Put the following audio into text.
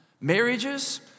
Marriages